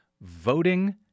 voting